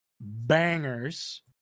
bangers